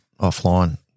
offline